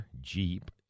Jeep